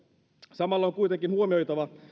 samalla on kuitenkin huomioitava